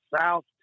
south